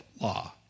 law